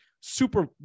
super